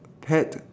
pet